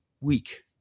week